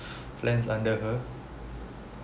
plans under her